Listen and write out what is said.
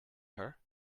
her